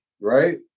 right